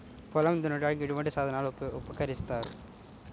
పొలం దున్నడానికి ఎటువంటి సాధనలు ఉపకరిస్తాయి?